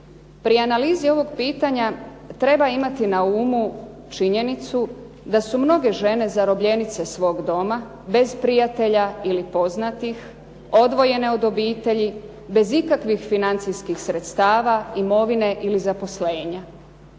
Pri analizi ovog pitanja treba imati na umu činjenicu da su mnoge žene zarobljenice svog doma, bez prijatelja ili poznatih, odvojene od obitelji, bez ikakvih financijskih sredstava, imovine ili zaposlenja.